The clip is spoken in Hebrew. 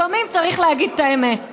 לפעמים צריך להגיד את האמת.